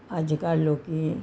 ਅੱਜ ਕੱਲ੍ਹ ਲੋਕ